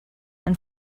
and